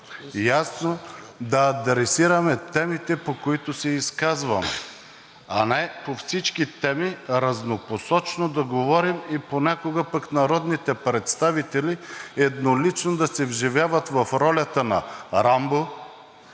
ясно да адресираме темите, по които се изказваме, а не по всички теми разнопосочно да говорим и понякога пък народните представители еднолично да се вживяват в ролята на Рамбо,